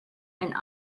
and